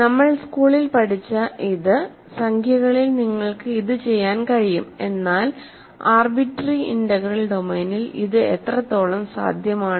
നമ്മൾ സ്കൂളിൽ പഠിച്ച ഇത് സംഖ്യകളിൽ നിങ്ങൾക്ക് ചെയ്യാൻ കഴിയും എന്നാൽ ആർബിട്രറി ഇന്റഗ്രൽ ഡൊമെയ്നിൽ ഇത് എത്രത്തോളം സാധ്യമാണ്